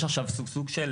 יש עכשיו סוג של